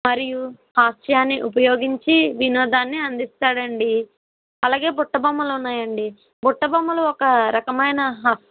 మరియు హాస్యాన్ని ఉపయోగించి వినోదాన్ని అందిస్తాడండి అలాగే బుట్ట బొమ్మలు ఉన్నాయండి బుట్ట బొమ్మలు ఒక రకమైన